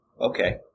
okay